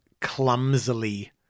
clumsily